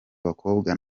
bakobwa